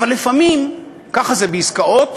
אבל לפעמים ככה זה בעסקאות,